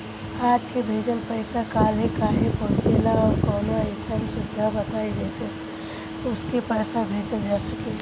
आज के भेजल पैसा कालहे काहे पहुचेला और कौनों अइसन सुविधा बताई जेसे तुरंते पैसा भेजल जा सके?